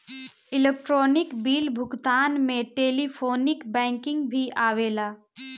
electronic bill भुगतान में telephonic banking भी आवेला